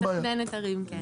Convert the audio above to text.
מתכננת הרים, כן.